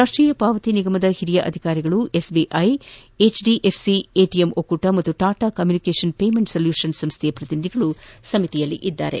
ರಾಷ್ಟೀಯ ಪಾವತಿ ನಿಗಮದ ಹಿರಿಯ ಅಧಿಕಾರಿಗಳು ಎಸ್ಬಿಐ ಎಚ್ಡಿಎಫ್ಸಿ ಎಟಿಎಂ ಒಕ್ಕೂಟ ಮತ್ತು ಟಾಟಾ ಕಮ್ಯೂನಿಕೇಷನ್ ಪೇಮೆಂಟ್ ಸಲ್ಯೂಷನ್ ಸಂಸ್ಥೆಯ ಪ್ರತಿನಿಧಿಗಳು ಸಮಿತಿಯಲ್ಲಿದ್ದಾರೆ